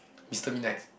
MisterMidnight